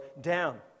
down